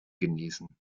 genießen